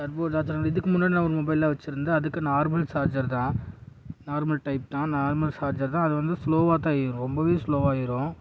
turbo charger இதுக்கு முன்னாடி நா ஒரு மொபைல்லாம் வச்சுருந்தேன் அதுக்கு நார்மல் சார்ஜர் தான் நார்மல் டைப் தான் நார்மல் சார்ஜர் தான் அது வந்து ஸ்லோவாக தான் ஏறும் ரொம்பவே ஸ்லோவாக ஏறும்